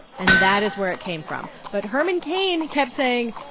and that is where it came from. but herman cain kept saying,